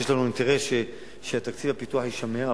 ויש לנו אינטרס שתקציב הפיתוח יישמר,